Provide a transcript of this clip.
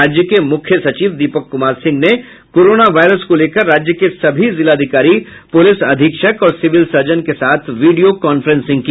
राज्य के मुख्य सचिव दीपक कुमार सिंह ने कोरोना वायरस को लेकर राज्य के सभी जिलाधिकारी पुलिस अधीक्षक और सिविल सर्जन के साथ वीडियो कांफ्रेंसिंग की